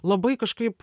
labai kažkaip